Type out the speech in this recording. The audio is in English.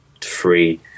free